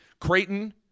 Creighton